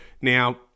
Now